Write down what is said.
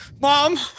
mom